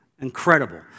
Incredible